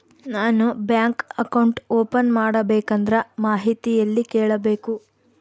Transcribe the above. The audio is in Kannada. ನಾನು ಬ್ಯಾಂಕ್ ಅಕೌಂಟ್ ಓಪನ್ ಮಾಡಬೇಕಂದ್ರ ಮಾಹಿತಿ ಎಲ್ಲಿ ಕೇಳಬೇಕು?